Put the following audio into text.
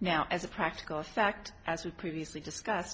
now as a practical fact as we previously discuss